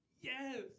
Yes